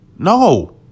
No